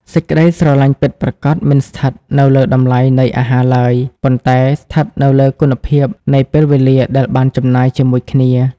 សេចក្ដីស្រឡាញ់ពិតប្រាកដមិនស្ថិតនៅលើតម្លៃនៃអាហារឡើយ ប៉ុន្តែស្ថិតនៅលើគុណភាពនៃពេលវេលដែលបានចំណាយជាមួយគ្នា។